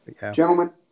Gentlemen